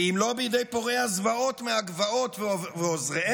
ואם לא בידי פורעי הזוועות מהגבעות ועוזריהם,